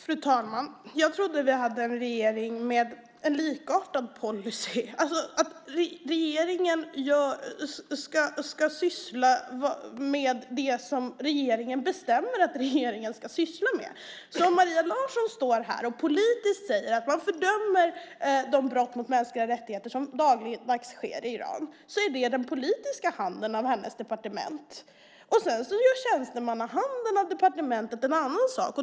Fru talman! Jag trodde att vi hade en regering med en likartad policy, alltså att regeringen ska syssla med det som regeringen bestämmer att regeringen ska syssla med. När Maria Larsson står här och politiskt säger att man fördömer de brott mot mänskliga rättigheter som sker dagligdags i Iran är det den politiska handen i hennes departement, och sedan gör tjänstemannahanden i departementet en annan sak.